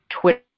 Twitter